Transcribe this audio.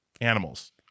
animals